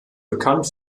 bekannt